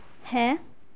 ਹੈ